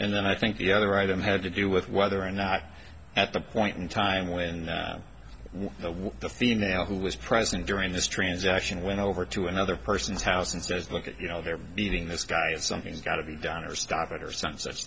and then i think the other item had to do with whether or not at the point in time when the when the female who was present during this transaction went over to another person's house and says look at you know they're beating this guy something's got to be done or stop it or some such